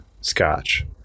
scotch